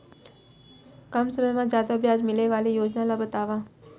कम समय मा जादा ब्याज मिले वाले योजना ला बतावव